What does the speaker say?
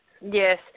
Yes